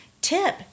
tip